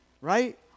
right